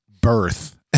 birth